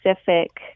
specific